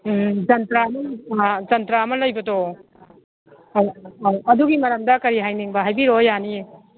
ꯎꯝ ꯖꯟꯇ꯭ꯔ ꯑꯗꯨꯝ ꯖꯟꯇ꯭ꯔ ꯑꯃ ꯂꯩꯕꯗꯣ ꯑꯧ ꯑꯗꯨꯒꯤ ꯃꯔꯝꯗ ꯀꯔꯤ ꯍꯥꯏꯅꯤꯡꯕ ꯍꯥꯏꯕꯤꯔꯛꯑꯣ ꯌꯥꯅꯤꯌꯦ